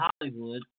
Hollywood